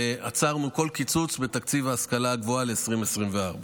ועצרנו כל קיצוץ בתקציב ההשכלה הגבוהה ל-2024.